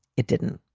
it didn't.